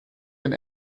ein